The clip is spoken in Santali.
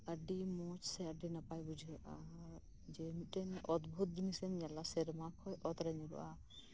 ᱟᱹᱰᱤ ᱢᱚᱡᱽ ᱥᱮ ᱟᱹᱰᱤ ᱱᱟᱯᱟᱭ ᱵᱩᱡᱷᱟᱹᱣᱼᱟ ᱡᱮ ᱢᱤᱫᱴᱮᱱ ᱚᱫᱵᱷᱩᱛ ᱡᱤᱱᱤᱥ ᱮᱢ ᱧᱮᱞᱟ ᱥᱮᱨᱢᱟ ᱠᱷᱚᱱ ᱚᱛᱨᱮ ᱧᱩᱨᱩᱜᱼᱟ